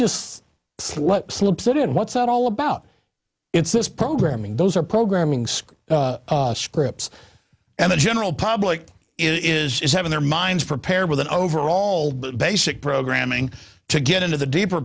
just slips it in what's that all about it's this programming those are programming school scripts and the general public is having their minds prepared with an overall basic programming to get into the deeper